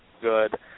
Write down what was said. good